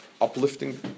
uplifting